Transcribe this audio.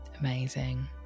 Amazing